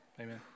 Amen